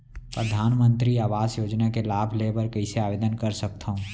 परधानमंतरी आवास योजना के लाभ ले बर कइसे आवेदन कर सकथव?